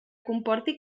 comporti